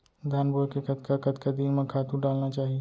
धान बोए के कतका कतका दिन म खातू डालना चाही?